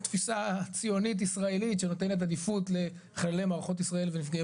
תפיסה ציונית ישראלית שנותנת עדיפות לחללי מערכות ישראל ונפגעי